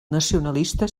nacionalista